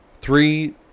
three